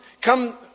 come